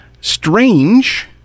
strange